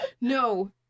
No